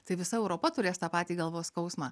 tai visa europa turės tą patį galvos skausmą